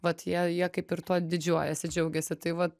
vat jie jie kaip ir tuo didžiuojasi džiaugiasi tai vat